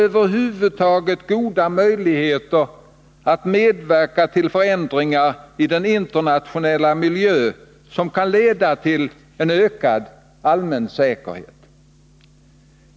Över huvud taget kan det ge oss goda möjligheter att medverka till förändringar i den internationella miljö som kan leda till en ökad allmän säkerhet.